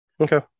Okay